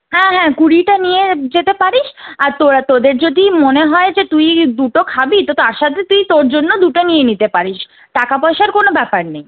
হ্যাঁ হ্যাঁ কুড়িটা নিয়ে যেতে পারিস আর তোদের যদি মনে হয় যে তুই দুটো খাবি তো তার সাথে তুই তোর জন্য দুটো নিয়ে নিতে পারিস টাকা পয়সার কোনো ব্যাপার নেই